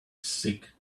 sick